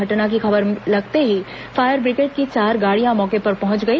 घटना की खबर लगते ही फायर बिग्रेड की चार गाड़ियां मौके पर पहुंच गई